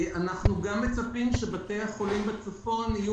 אנחנו גם מצפים שבתי החולים בצפון יהיו